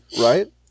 right